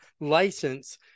license